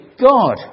God